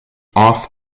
off